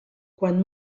quan